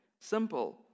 Simple